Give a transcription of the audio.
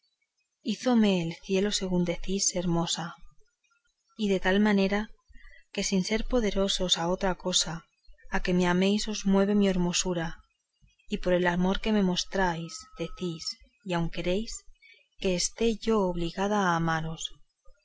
hízome el cielo según vosotros decís hermosa y de tal manera que sin ser poderosos a otra cosa a que me améis os mueve mi hermosura y por el amor que me mostráis decís y aun queréis que esté yo obligada a amaros